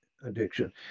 addiction